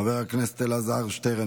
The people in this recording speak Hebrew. חבר הכנסת אלעזר שטרן,